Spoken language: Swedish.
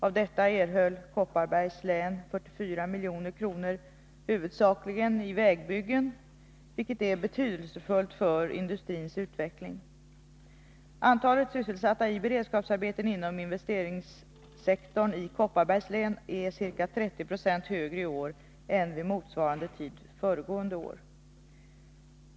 Av detta erhöll Kopparbergs län 44 milj.kr., huvudsakligen i vägbyggen, vilket är betydelsefullt för industrins utveckling. Antalet sysselsatta i beredskapsarbeten inom investeringssektorn i Kopparbergs län är ca 30 70 högre i år än vid motsvarande tid föregående år.